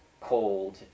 cold